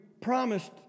promised